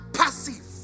passive